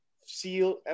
seal